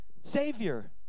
Savior